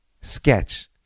sketch